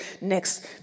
next